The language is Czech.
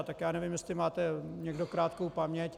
Tak já nevím, jestli máte někdo krátkou paměť.